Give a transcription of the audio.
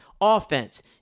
Offense